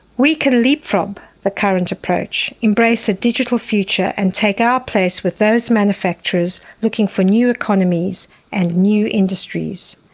we can leapfrog the current approach, embrace a digital future and take our place with those manufacturers looking for new economies and new industries.